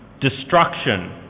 destruction